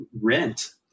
rent